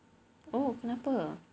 oh kenapa